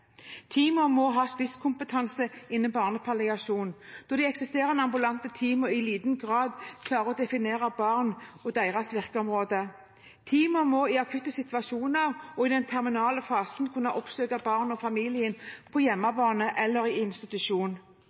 Teamene må ha spisskompetanse innen barnepalliasjon, da de eksisterende ambulante teamene i liten grad definerer barn som sitt virkeområde. Teamene må i akutte situasjoner og i den terminale fasen kunne oppsøke barnet og familien på hjemmebane eller i institusjon.